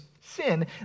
sin